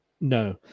No